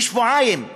בשבועיים.